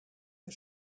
hij